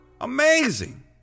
Amazing